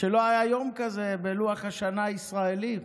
שלא היה יום כזה בלוח השנה הישראלי?